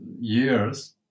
years